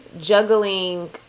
juggling